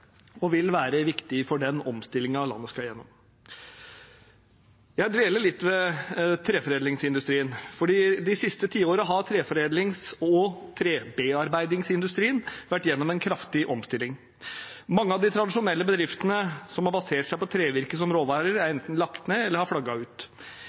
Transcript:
og vil være viktig for den omstillingen landet skal gjennom. Jeg dveler litt ved treforedlingsindustrien, for de siste tiårene har treforedlings- og trebearbeidingsindustrien vært gjennom en kraftig omstilling. Mange av de tradisjonelle bedriftene som har basert seg på trevirke som råvare, er